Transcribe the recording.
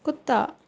ਕੁੱਤਾ